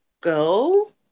go